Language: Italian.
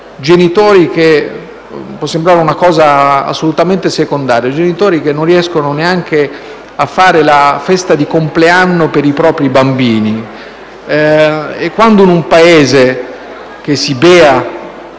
genitori che non riescono neanche a fare la festa di compleanno per i propri bambini e quando in un Paese che si bea,